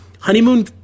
honeymoon